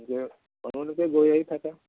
গৈ আহি থাকে